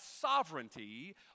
sovereignty